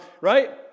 Right